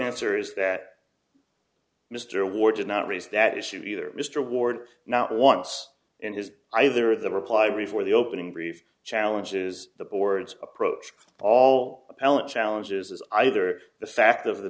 answer is that mr ward did not raise that issue either mr ward now wants in his either the reply before the opening brief challenges the board's approach all appellate challenges is either the fact of the